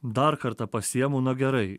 dar kartą pasiimu na gerai